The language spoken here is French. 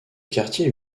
quartier